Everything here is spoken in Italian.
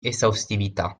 esaustività